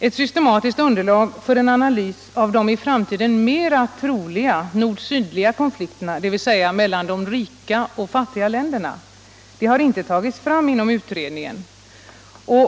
Ett systematiskt underlag för en analys av de i framtiden mer troliga nord-sydliga konflikterna, dvs. mellan de rika och de fattiga länderna, har inte tagits fram inom utredningen.